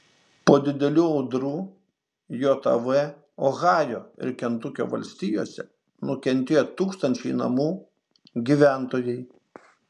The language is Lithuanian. po didelių audrų jav ohajo ir kentukio valstijose nukentėjo tūkstančiai namų gyventojai